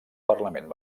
parlament